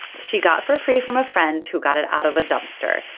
she got for free from a friend who got it out of a dumpster.